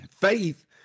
faith